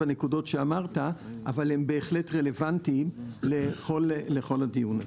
הנקודות שאמרת אבל הם בהחלט רלוונטיים לכל הדיון הזה.